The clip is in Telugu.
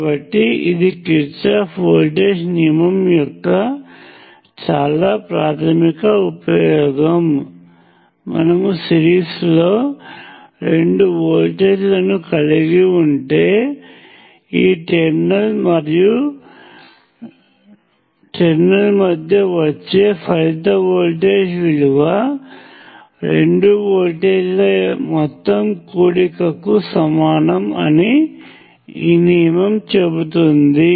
కాబట్టి ఇది కిర్చాఫ్ వోల్టేజ్ నియమం యొక్క చాలా ప్రాథమిక ఉపయోగం మనము సిరీస్లో రెండు వోల్టేజ్లను కలిగి ఉంటే ఈ టెర్మినల్ మరియు టెర్మినల్ మధ్య వచ్చే ఫలిత వోల్టేజ్ విలువ రెండు వోల్టేజ్ల మొత్తం కూడిక కి సమానము అని ఈ నియమము చెబుతుంది